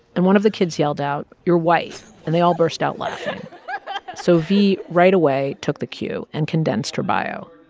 and one of the kids yelled out, you're white. and they all burst out laughing so v right away took the cue and condensed her bio.